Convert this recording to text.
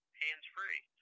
hands-free